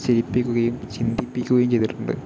ചിരിപ്പിക്കുകയും ചിന്തിപ്പിക്കുകയും ചെയ്തിട്ടുണ്ട്